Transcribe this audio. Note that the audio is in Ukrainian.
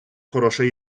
хороша